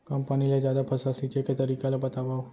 कम पानी ले जादा फसल सींचे के तरीका ला बतावव?